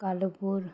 Kalupur